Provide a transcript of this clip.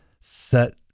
set